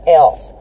else